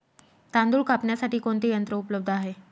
तांदूळ कापण्यासाठी कोणते यंत्र उपलब्ध आहे?